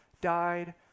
died